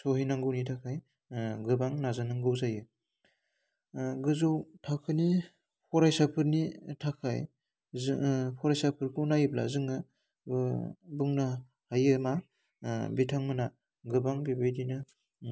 सौहैनांगौनि थाखाय गोबां नाजानांगौ जायो गोजौ थाखोनि फरायसाफोरनि थाखाय जों फरायसाफोरखौ नायोब्ला जोङो बुंनो हायो मा बिथांमोनहा गोबां बेबायदिनो